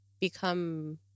become